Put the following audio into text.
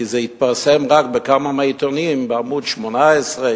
כי זה התפרסם רק בכמה מהעיתונים בעמוד 18,